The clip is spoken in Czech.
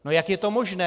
No jak je to možné?